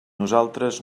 nosaltres